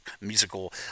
musical